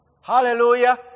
hallelujah